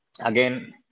Again